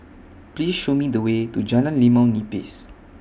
Please Show Me The Way to Jalan Limau Nipis